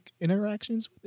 interactions